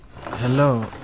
Hello